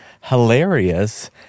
hilarious